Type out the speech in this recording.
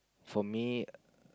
for me